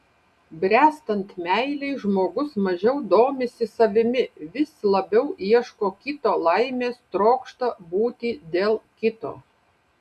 bręstant meilei žmogus mažiau domisi savimi vis labiau ieško kito laimės trokšta būti dėl kito